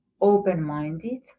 open-minded